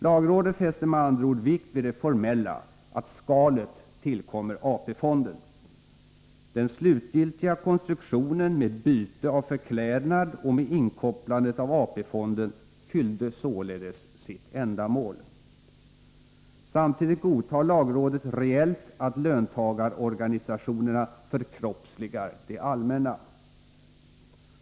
Lagrådet fäster med andra ord vikt vid det formella, att skalet tillkommer AP-fonden. Den slutgiltiga konstruktionen med byte av förklädnad och med inkopplandet av AP-fonden fyllde således sitt ändamål. Samtidigt godtar lagrådet reellt att löntagarorganisationerna förkroppsligar det allmänna.